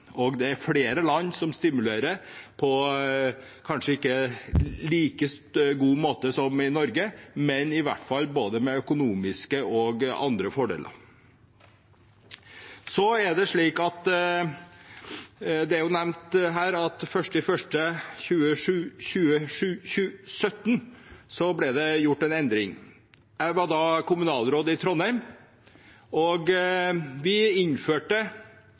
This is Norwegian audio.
bilparken. Det er flere land som stimulerer, kanskje ikke på like god måte som i Norge, men i hvert fall med både økonomiske og andre fordeler. Det ble nevnt at det 1. januar 2017 ble gjort en endring. Jeg var da kommunalråd i Trondheim. Vi innførte